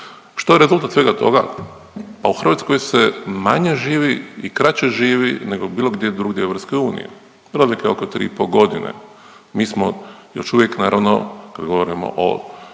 Što je rezultat svega toga? Pa u Hrvatskoj se manje živi i kraće živi nego bilo gdje drugdje u EU, razlika je oko 3,5.g.. Mi smo još uvijek naravno kad govorimo o